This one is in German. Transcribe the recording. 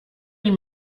ihm